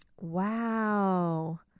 Wow